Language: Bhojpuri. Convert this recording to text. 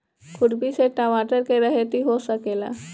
खुरपी से टमाटर के रहेती हो सकेला?